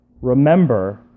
remember